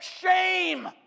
shame